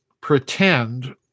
pretend